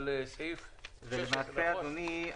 עכשיו אני הגשתי רביזיה על סעיף --- אדוני,